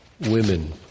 women